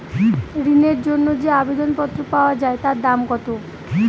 ঋণের জন্য যে আবেদন পত্র পাওয়া য়ায় তার দাম কত?